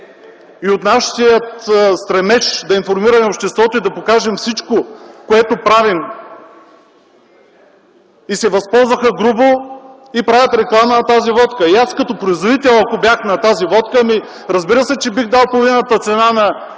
и от нашия стремеж да информираме обществото и да покажем всичко, което правим, се възползваха грубо и правят реклама на тази водка. И аз, ако бях производител на тази водка, разбира се, че бих дал половината цена на